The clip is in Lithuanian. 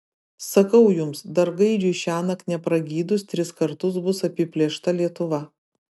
sakau jums dar gaidžiui šiąnakt nepragydus tris kartus bus apiplėšta lietuva